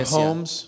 homes